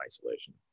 isolation